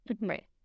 Right